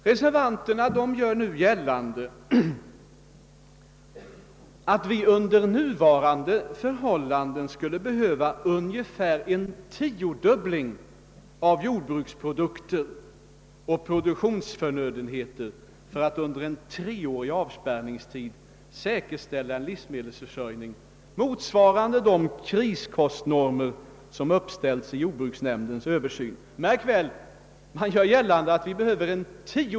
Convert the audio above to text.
Reservanterna gör gällande att vi skulle behöva ungefär en tiodubbling av jordbruksprodukter och förnödenheter för att säkerställa livsmedelsförsörjningen under en treårig avspärrningstid och med de kriskostnormer som jordbruksnämnden har uppställt vid sin översyn.